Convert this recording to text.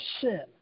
sin